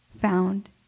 found